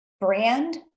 brand